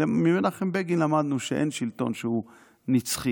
ממנחם בגין למדנו שאין שלטון שהוא נצחי,